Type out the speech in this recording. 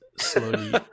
slowly